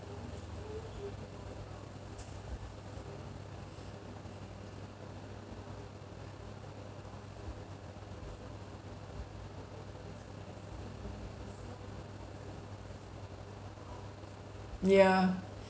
yeah